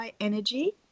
energy